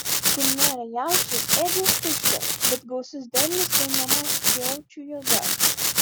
kur nėra jaučių ėdžios tuščios bet gausus derlius gaunamas jaučių jėga